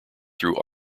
through